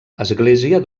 església